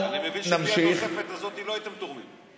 אני מבין שבלי התוספת הזאת לא הייתם תורמים.